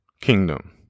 kingdom